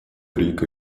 рика